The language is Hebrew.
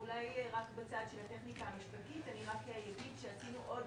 בצד של הטכניקה המשפטית אני רק אגיד שעשינו עוד